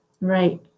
Right